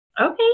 Okay